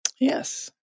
Yes